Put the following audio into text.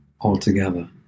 altogether